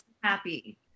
happy